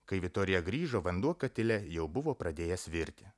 kai vitorija grįžo vanduo katile jau buvo pradėjęs virti